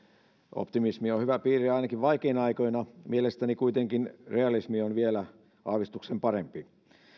optimismi on hyvä piirre ainakin vaikeina aikoina mielestäni kuitenkin realismi on vielä aavistuksen parempi